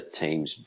team's